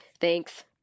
Thanks